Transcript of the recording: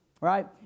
right